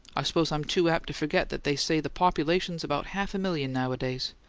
i suppose i'm too apt to forget that they say the population's about half a million nowadays.